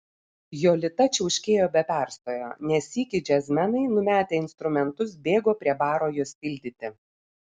jolita čiauškėjo be perstojo ne sykį džiazmenai numetę instrumentus bėgo prie baro jos tildyti